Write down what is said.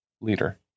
leader